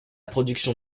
production